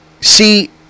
See